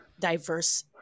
diverse